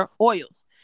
oils